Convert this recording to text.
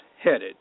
headed